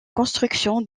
constructions